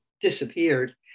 disappeared